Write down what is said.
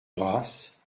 grâce